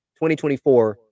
2024